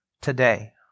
today